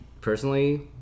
personally